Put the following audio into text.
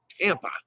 Tampa